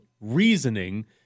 reasoning